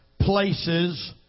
places